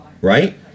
right